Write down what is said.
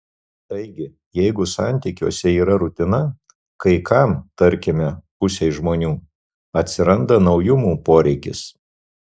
taigi jeigu santykiuose yra rutina kai kam tarkime pusei žmonių atsiranda naujumų poreikis